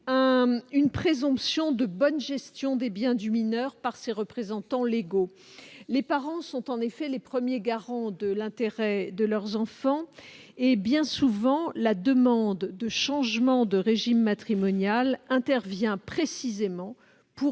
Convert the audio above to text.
une présomption de bonne gestion des biens du mineur par ses représentants légaux. Les parents sont en effet les premiers garants de l'intérêt de leurs enfants et, bien souvent, la demande de changement de régime matrimonial intervient précisément pour